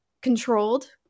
controlled